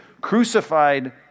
crucified